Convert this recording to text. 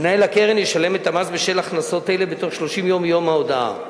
ומנהל הקרן ישלם את המס בשל הכנסות אלה בתוך 30 יום מיום ההודעה.